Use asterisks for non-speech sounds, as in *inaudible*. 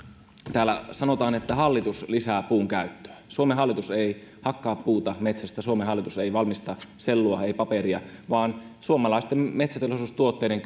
täällä sanotaan että hallitus lisää puun käyttöä suomen hallitus ei hakkaa puuta metsästä suomen hallitus ei valmista sellua ei paperia vaan suomalaisten metsäteollisuustuotteiden *unintelligible*